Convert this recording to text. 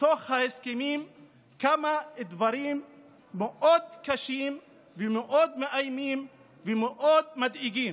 בתוך ההסכמים כמה דברים מאוד קשים ומאוד מאיימים ומאוד מדאיגים.